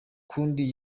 kundi